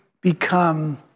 become